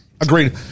agreed